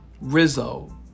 Rizzo